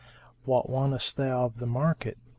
what wantest thou of the market?